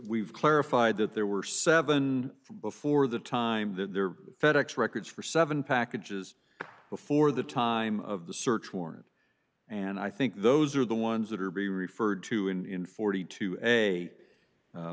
we've clarified that there were seven before the time that they were fed ex records for seven packages before the time of the search warrant and i think those are the ones that are be referred to in forty two